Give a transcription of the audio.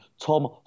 Tom